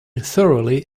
thoroughly